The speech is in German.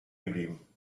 geblieben